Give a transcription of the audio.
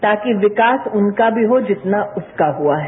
ताकि विकास उनका भी हो जितना उसका हुआ है